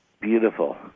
Beautiful